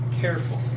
careful